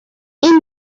این